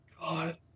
God